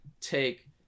take